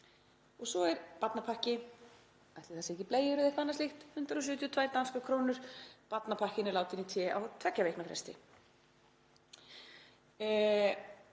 Svo er barnapakki, ætli það séu ekki bleiur eða eitthvað annað slíkt, 172 danskar krónur, barnapakkinn er látinn í té á tveggja vikna fresti.